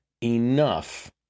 enough